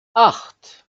acht